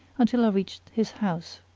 until i reached his house.